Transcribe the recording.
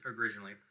originally